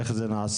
איך זה נעשה?